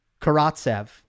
Karatsev